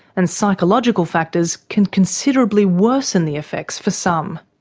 and psychological factors can considerably worsen the effects for some